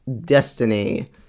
Destiny